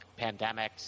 pandemics